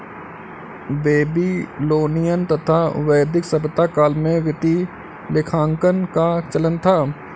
Babylonian तथा वैदिक सभ्यता काल में वित्तीय लेखांकन का चलन था